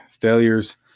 failures